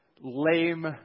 lame